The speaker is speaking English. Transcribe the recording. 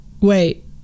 wait